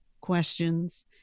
questions